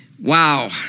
Wow